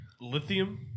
lithium